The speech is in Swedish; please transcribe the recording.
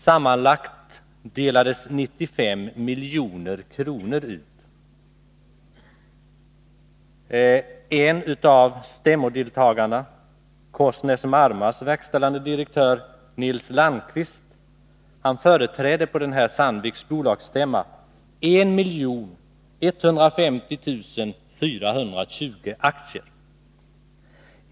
Sammanlagt delades 90 milj.kr. ut. En av stämmodeltagarna, Korsnäs-Marmas verkställande direktör Nils Landqvist, företrädde 1 150 420 aktier.